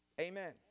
Amen